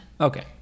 Okay